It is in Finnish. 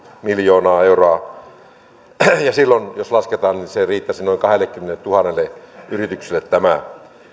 miljoonaa euroa ja jos tätä lasketaan niin silloin riittäisi noin kahdellekymmenelletuhannelle yritykselle tämä